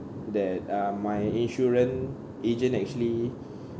that uh my insurance agent actually